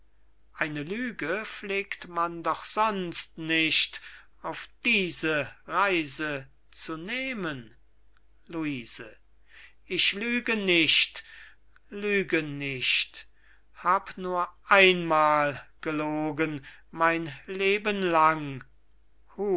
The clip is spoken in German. eine lüge pflegt man doch sonst nicht auf diese reise zu nehmen luise ich lüge nicht lüge nicht hab nur einmal gelogen mein lebenlang huh